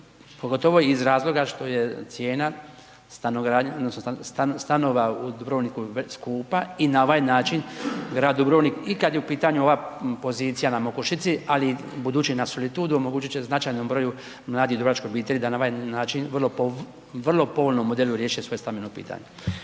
Pogotovo iz razloga što je cijena stanova u Dubrovniku skupa i na ovaj način grad Dubrovnik i kad je u pitanju ova pozicija na Mokošici, ali i budući na Solitudu omogućit će značajnom broju mladih dubrovačkih obitelji da na ovaj način vrlo povoljnom modelu riješe svoje stambeno pitanje.